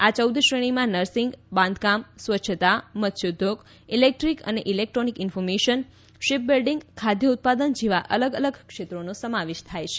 આ ચૌદ શ્રેણીમાં નર્સિંગ બાંધકામ સ્વચ્છતા મત્સ્યોદ્યોગ ઇલેક્ટ્રીક અને ઈલેક્ટ્રોનિક ઇન્ફોર્મેશન શિપબિલ્ડિંગ ખાદ્ય ઉત્પાદન જેવા અલગ અલગ ક્ષેત્રોનો સમાવેશ થાય છે